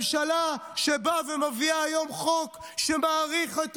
ממשלה שבאה ומביאה היום חוק שמאריך את